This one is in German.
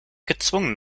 gezwungen